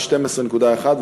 12.1%,